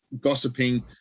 gossiping